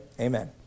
Amen